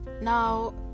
Now